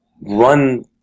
run